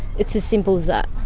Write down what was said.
it's as simple as that.